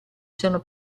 sono